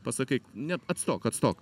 pasakyk ne atstok atstok